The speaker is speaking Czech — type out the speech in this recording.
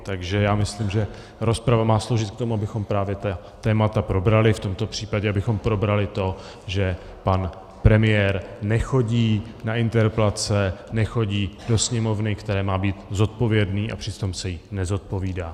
Takže myslím, že rozprava má sloužit k tomu, abychom ta témata probrali, v tomto případě abychom probrali to, že pan premiér nechodí na interpelace, nechodí do Sněmovny, které má být zodpovědný, a přitom se jí nezodpovídá.